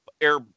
air